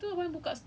soft launch for what